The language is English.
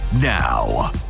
now